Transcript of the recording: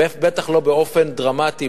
בטח לא באופן דרמטי,